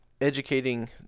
educating